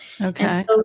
Okay